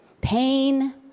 pain